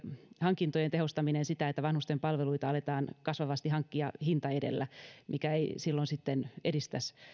hankintojen tehostaminen sitä että vanhusten palveluita aletaan kasvavasti hankkia hinta edellä mikä ei silloin sitten edistäisi